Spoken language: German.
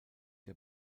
der